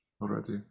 already